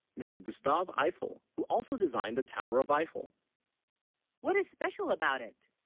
mr. gustave eiffel, who, also designed the tower of eiffel what is special, about it?